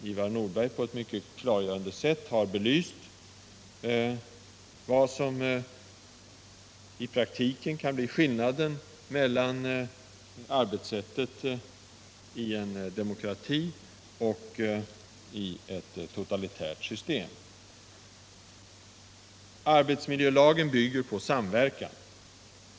Ivar Nordberg har på ett mycket klargörande sätt belyst de skillnader som i praktiken kan uppstå när det gäller arbetssättet i en demokrati och i ett totalitärt system. Arbetsmiljölagen bygger på samverkan.